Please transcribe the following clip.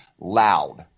loud